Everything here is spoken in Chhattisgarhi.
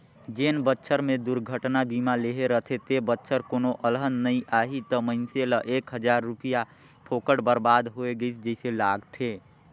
जेन बच्छर मे दुरघटना बीमा लेहे रथे ते बच्छर कोनो अलहन नइ आही त मइनसे ल एक हजार रूपिया फोकट बरबाद होय गइस जइसे लागथें